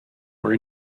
were